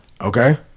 Okay